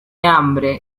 hambre